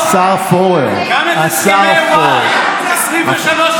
גם את הסכמי וואי,